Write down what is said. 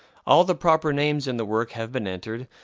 all the proper names in the work have been entered,